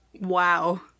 Wow